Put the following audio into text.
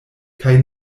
kaj